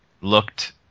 looked